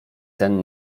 ten